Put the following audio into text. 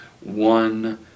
one